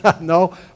no